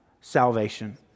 salvation